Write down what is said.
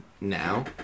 now